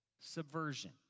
subversion